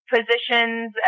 Positions